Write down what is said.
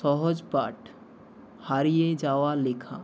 সহজপাঠ হারিয়ে যাওয়া লেখা